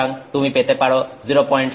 সুতরাং তুমি পেতে পারো 06